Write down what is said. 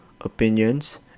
opinions